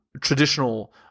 traditional